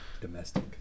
Domestic